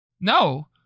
No